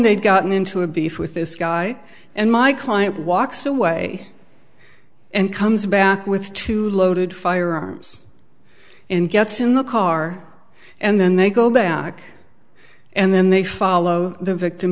they'd gotten into a beef with this guy and my client walks away and comes back with two loaded firearms and gets in the car and then they go back and then they follow the victim